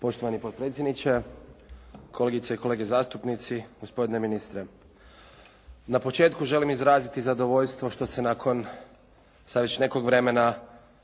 Poštovani potpredsjedniče, kolegice i kolege zastupnici, gospodine ministre. Na početku želim izraziti zadovoljstvo što se nakon sad već nekog vremena